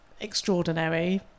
extraordinary